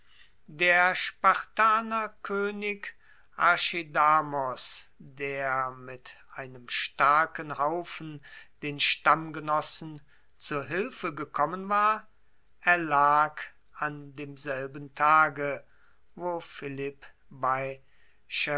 der spartanerkoenig archidamos der mit einem starken haufen den stammgenossen zu hilfe gekommen war erlag an demselben tage wo philipp bei